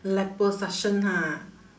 liposuction ha